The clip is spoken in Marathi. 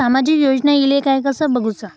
सामाजिक योजना इले काय कसा बघुचा?